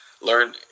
Learn